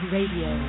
Radio